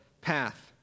path